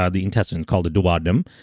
ah the intestine called the duodenum,